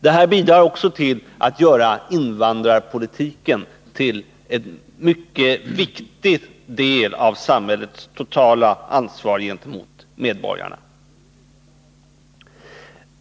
Det bidrar också till att göra invandrarpolitiken till en mycket viktig del av samhällets totala ansvarighet mot medborgarna.